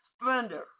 Splendor